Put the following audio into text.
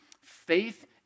faith